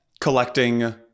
collecting